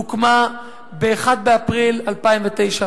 הוקמה ב-1 באפריל 2009,